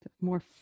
more